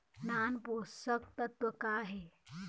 नान पोषकतत्व का हे?